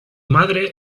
madre